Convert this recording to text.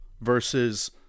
versus